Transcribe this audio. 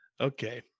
Okay